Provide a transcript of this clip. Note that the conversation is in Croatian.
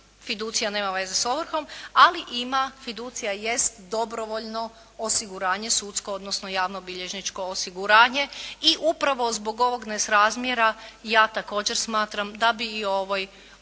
Fiducija nema veze sa ovrhom ali ima, fiducija je dobrovoljno osiguranje sudsko odnosno javno-bilježničko osiguranje i upravo zbog ovog nesrazmjera i ja također smatram da bi o ovom